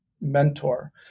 mentor